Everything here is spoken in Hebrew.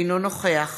אינו נוכח